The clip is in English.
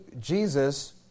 Jesus